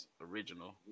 original